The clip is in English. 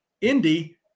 Indy